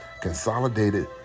consolidated